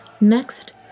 Next